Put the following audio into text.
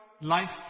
life